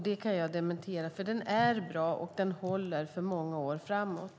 Det kan jag dementera. Den är bra och den håller för många år framåt.